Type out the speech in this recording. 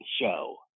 show